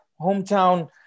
hometown